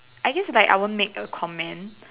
I guess like I won't make a comment